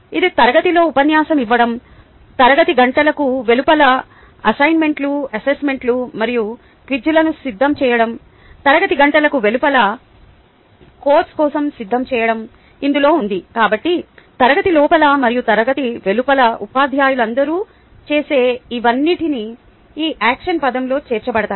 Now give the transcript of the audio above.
ఇది తరగతిలో ఉపన్యాసం ఇవ్వడం తరగతి గంటలకు వెలుపల అసైన్మెంట్లు మరియు క్విజ్లను సిద్ధం చేయడం తరగతి గంటలకు వెలుపల కోర్సు కోసం సిద్ధం చేయడం ఇందులో ఉంది కాబట్టి తరగతి లోపల మరియు వెలుపల ఉపాధ్యాయులందరూ చేసే ఇవన్నిటిని ఈ యాక్షన్ పదం లోకి చేర్చబడతాయి